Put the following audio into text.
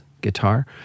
guitar